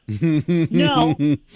No